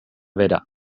bera